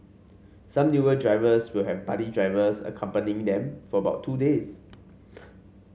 some newer drivers will have buddy drivers accompanying them for about two days